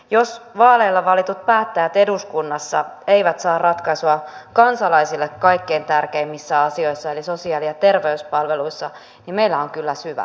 jos vaaleilla valitut päättäjät eduskunnassa eivät saa ratkaisua kansalaisille kaikkein tärkeimmissä asioissa eli sosiaali ja terveyspalveluissa niin meillä on kyllä syvä demokratiakriisi